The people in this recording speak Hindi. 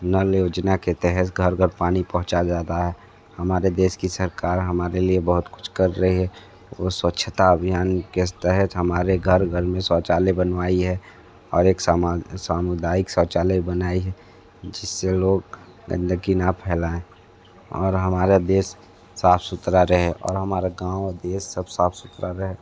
नल योजना के तहत घर घर पानी पहुंचाया जा रा है हमारे देश की सरकार हमारे लिए बहुत कुछ कर रही है वो स्वच्छता अभियान के तहत हमारे घर घर में शौचालय बनवाई है और एक सामान सामुदायिक शौचालय बनाइ है जिस से लोग गंदगी ना फैलाएं और हमारा देश साफ़ सुथरा रहे और हमारा गाँव देश सब साफ़ सुथरा रहे